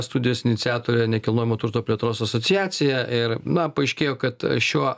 studijos iniciatorė nekilnojamo turto plėtros asociacija ir na paaiškėjo kad šiuo